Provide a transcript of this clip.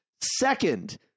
second